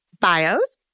bios